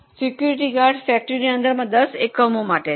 security guard ફેક્ટરીના દસ એકમોનો ધ્યાન રાખે છે